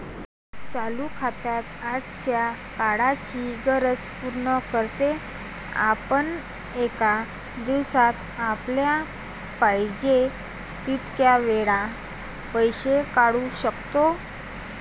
चालू खाते आजच्या काळाची गरज पूर्ण करते, आपण एका दिवसात आपल्याला पाहिजे तितक्या वेळा पैसे काढू शकतो